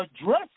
address